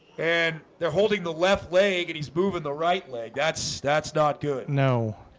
and they're holding the left leg and he's moving the right leg that's that's not good no